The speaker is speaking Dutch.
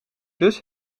dus